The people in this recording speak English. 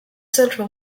central